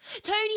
Tony